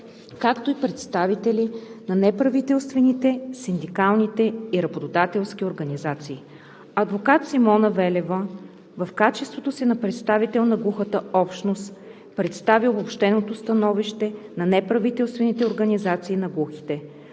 както и представители на неправителствените, синдикалните и работодателските организации. Адвокат Симона Велева, в качеството си на представител на глухата общност, представи обобщеното становище на неправителствените организации на глухите.